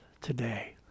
today